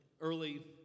early